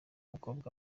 mukobwa